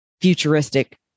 futuristic